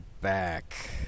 back